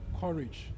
courage